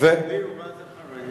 אולי תגדיר מה זה חרד?